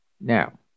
Now